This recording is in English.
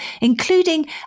including